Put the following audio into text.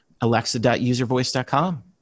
alexa.uservoice.com